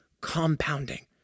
compounding